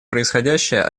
происходящее